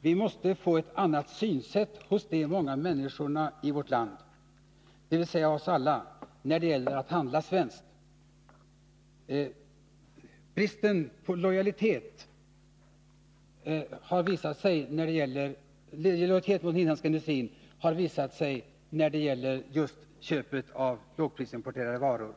Vi måste få ett annat synsätt hos de många människorna i vårt land när det gäller att handla svenskt. Bristen på lojalitet mot den inhemska industrin har visat sig när det gäller köpen av lågprisimporterade varor.